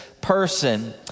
person